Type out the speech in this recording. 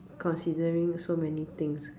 considering so many things